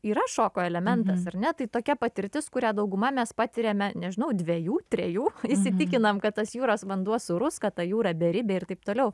yra šoko elementas ar ne tai tokia patirtis kurią dauguma mes patiriame nežinau dvejų trejų įsitikinam kad tas jūros vanduo sūrus kad ta jūra beribė ir taip toliau